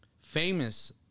famous